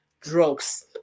drugs